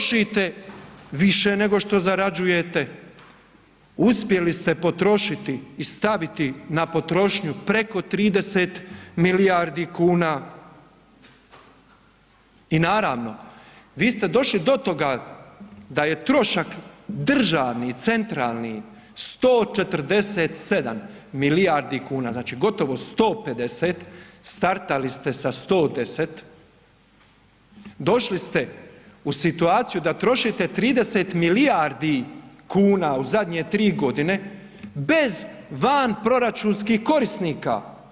Trošite više nego što zarađujete, uspjeli ste potrošiti i staviti na potrošnju preko 30 milijardi kuna i naravno vi ste došli do toga da je trošak državni, centralni 147 milijardi kuna, znači gotovo 150, startali ste sa 110, došli ste u situaciju da trošite 30 milijardi kuna u zadnje 3 godine bez vanproračunskih korisnika.